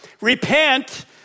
repent